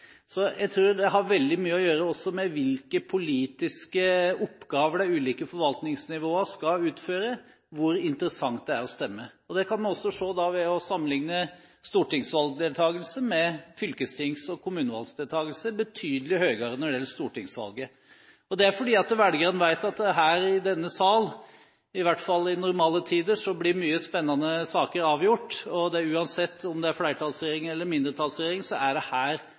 Så hvor interessant det er å stemme, tror jeg har veldig mye å gjøre med hvilke politiske oppgaver de ulike forvaltningsnivåene skal utføre. Det kan en også se ved å sammenligne stortingsvalgdeltagelse med fylkestings- og kommunevalgdeltagelse. Den er betydelig høyere når det gjelder stortingsvalget. Det er fordi velgerne vet at her i denne sal – i hvert fall i normale tider – blir mange spennende saker avgjort, og uansett om det er flertallsregjering eller mindretallsregjering, er det her